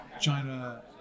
China